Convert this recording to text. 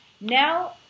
Now